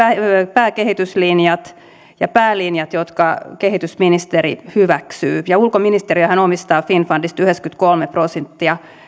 pääkehityslinjat ja päälinjat jotka kehitysministeri hyväksyy ulkoministeriöhän omistaa finnfundista yhdeksänkymmentäkolme prosenttia